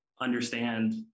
understand